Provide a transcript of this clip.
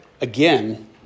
again